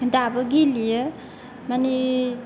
दाबो गेलेयो माने